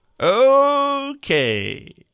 Okay